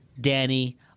Danny